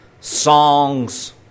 songs